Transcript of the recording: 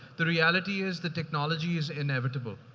the reality is, the technology is inevitable,